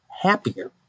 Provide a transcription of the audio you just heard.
happier